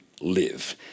live